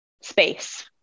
space